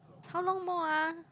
how long more ah